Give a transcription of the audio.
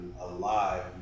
alive